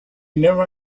never